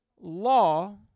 law